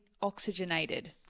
oxygenated